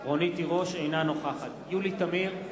אינה נוכחת יולי תמיר,